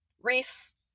Reese